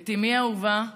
את אימי האהובה ציפי,